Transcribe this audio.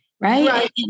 Right